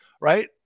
right